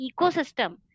ecosystem